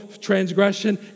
transgression